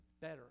better